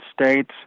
States